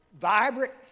vibrant